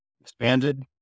expanded